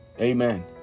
Amen